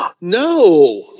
no